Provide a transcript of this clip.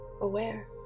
Aware